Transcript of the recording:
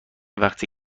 وقتی